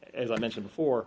as i mentioned before